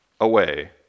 away